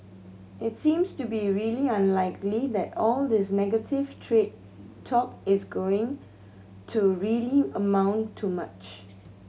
it seems to be really unlikely that all this negative trade talk is going to really amount to much